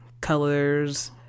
colors